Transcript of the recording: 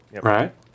Right